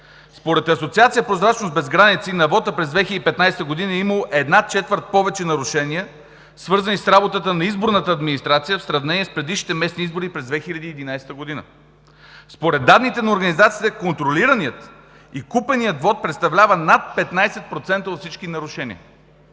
Според Асоциация „Прозрачност без граници“ на вота през 2015 г. е имало една четвърт повече нарушения, свързани с работата на изборната администрация, в сравнение с предишните местни избори през 2011 г. Според данни на организацията контролираният и купеният вот представляват над 15% от всички нарушения.